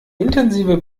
intensive